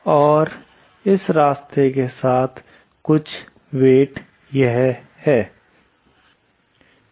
और इस रास्ते के साथ कुछ वेईट यह है